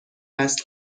است